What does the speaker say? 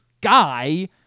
guy